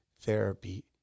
therapy